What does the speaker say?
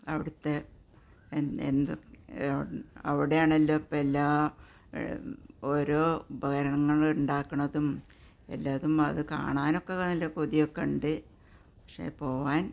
അവിടത്തെ അവിടെയാണല്ലോ ഇപ്പോള് എല്ലാ ഓരോ ഉപകരണങ്ങള് ഉണ്ടാക്കുന്നതും എല്ലാ അതും കാണാനൊക്കെ നല്ല കൊതിയൊക്കെയുണ്ട് പക്ഷേ പോവാൻ